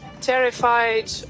terrified